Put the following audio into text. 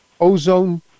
ozone